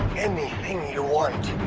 anything you want.